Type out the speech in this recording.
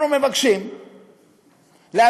אנחנו מבקשים להבטיח